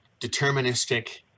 deterministic